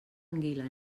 anguila